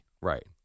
Right